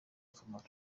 akamaro